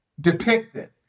depicted